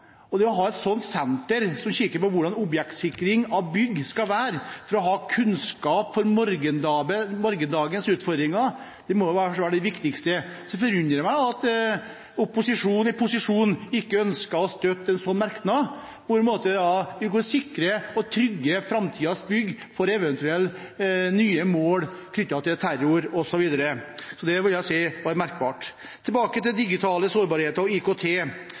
regjeringskvartal. Det å ha et senter som kikker på hvordan objektsikring av bygg skal være, for å ha kunnskap om morgendagens utfordringer, må jo være noe av det viktigste. Det forundrer meg at posisjonen ikke ønsker å støtte en slik merknad for å sikre og trygge framtidens bygg mot eventuelle nye mål knyttet til terror osv. Det vil jeg si er merkelig. Tilbake til den digitale sårbarheten og IKT.